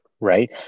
Right